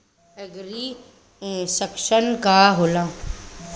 एगरी Junction का होला?